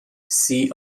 see